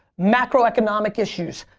macroeconomic issues,